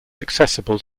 accessible